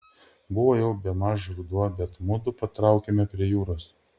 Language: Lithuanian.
buvo jau bemaž ruduo bet mudu patraukėme prie jūros